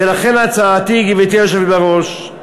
ולכן הצעתי, גברתי היושבת בראש,